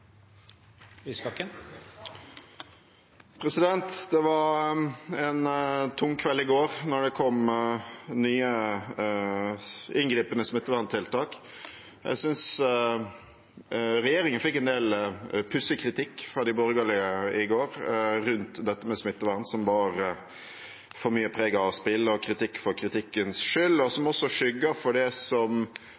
Det var en tung kveld i går da det kom nye inngripende smitteverntiltak. Jeg synes regjeringen fikk en del pussig kritikk fra de borgerlige i går rundt dette med smittevern. Det bar for mye preg av spill og kritikk for kritikkens skyld og skygger også for det som